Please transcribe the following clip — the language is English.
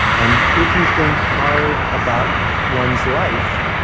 and if you think hard about one's life,